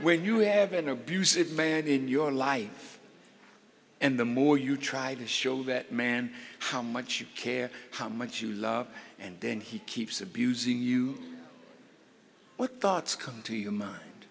when you have an abusive man in your life and the more you try to show that man how much you care how much you love and then he keeps abusing you what thoughts come to you